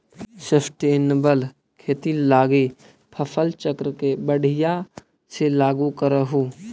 sustainable खेती लागी फसल चक्र के बढ़ियाँ से लागू करहूँ